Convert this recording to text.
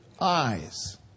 eyes